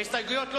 ההסתייגויות לא